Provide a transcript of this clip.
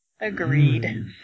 Agreed